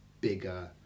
bigger